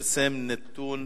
פרסם נתון